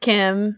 Kim